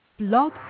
Blog